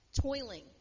toiling